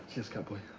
cheers, cowboy.